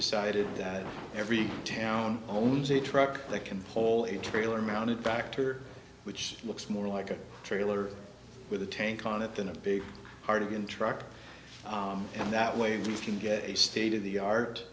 decided that every town owns it uk they can pull a trailer mounted tractor which looks more like a trailer with a tank on it than a big party in truck and that way we can get a state of the art